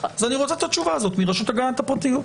אני רוצה את התשובה הזאת מרשות הגנת הפרטיות.